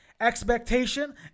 Expectation